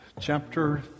chapter